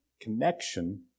connection